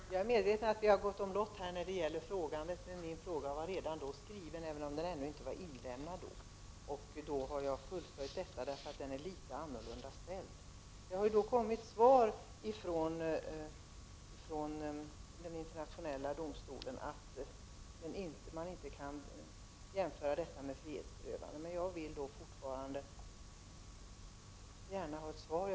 Herr talman! Jag är medveten om att vi har gått omlott med frågandet. Men min fråga var redan skriven, även om den inte var inlämnad, när den andra frågan ställdes. Jag har fullföljt debatten därför att min fråga var litet annorlunda ställd. Det har kommit svar från den internationella domstolen att kommunarrest inte kan jämföras med frihetsberövande, men jag vill fortfarande gärna ha ett svar.